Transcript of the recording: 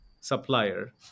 supplier